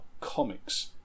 comics